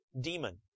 demon